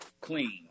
clean